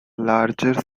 larger